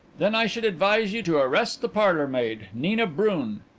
then i should advise you to arrest the parlourmaid, nina brun,